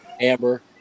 Amber